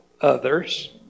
others